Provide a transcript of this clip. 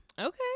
Okay